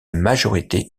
majorité